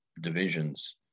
divisions